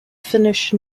finnish